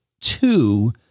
two